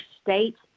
state